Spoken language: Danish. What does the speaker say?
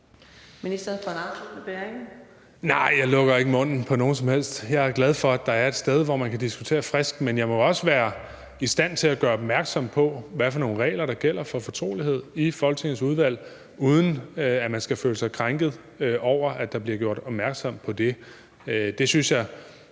Jeg lukker ikke munden på nogen som helst. Jeg er glad for, at der er et sted, hvor man kan diskutere frisk. Men jeg må også være i stand til at gøre opmærksom på, hvad for nogle regler der gælder for fortrolighed i Folketingets udvalg, uden at man skal føle sig krænket over, at der bliver gjort opmærksom på det. Det synes jeg